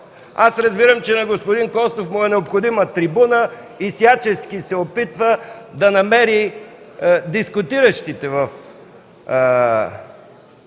Аз разбирам, че на господин Костов му е необходима трибуна и всячески се опитва да намери дискутиращите по